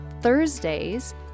Thursdays